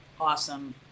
awesome